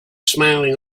smiling